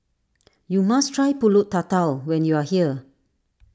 you must try Pulut Tatal when you are here